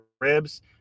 ribs